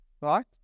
right